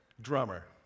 drummer